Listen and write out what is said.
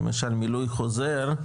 מילוי חוזר,